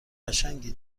قشنگی